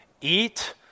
eat